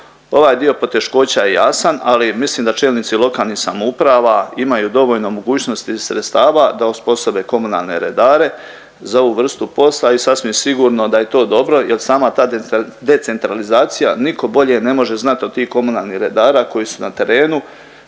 Ovaj dio poteškoća je jasan ali mislim da čelnici lokalnih samouprava imaju dovoljno mogućnosti i sredstava da osposobe komunalne redare za ovu vrstu posla i sasvim sigurno da je to dobro jer sama ta decentralizacija nitko bolje ne može znat od tih komunalnih redara koji su na terenu